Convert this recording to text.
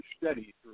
steady